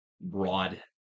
broad